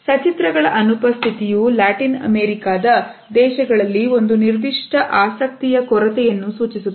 ಸ ಚಿತ್ರಗಳ ಅನುಪಸ್ಥಿತಿಯ ಲ್ಯಾಟಿನ್ ಅಮೆರಿಕದ ದೇಶಗಳಲ್ಲಿ ಒಂದು ನಿರ್ದಿಷ್ಟ ಆಸಕ್ತಿಯ ಕೊರತೆ ಯನ್ನು ಸೂಚಿಸುತ್ತದೆ